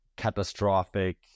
catastrophic